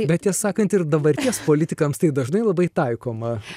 bet tiesą sakant ir dabarties politikams tai dažnai labai taikoma